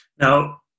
Now